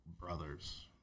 brothers